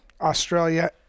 Australia